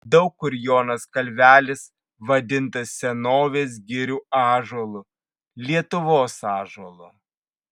daug kur jonas kalvelis vadintas senovės girių ąžuolu lietuvos ąžuolu